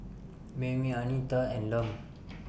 Mayme Anita and Lum